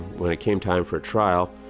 when it came time for a trial,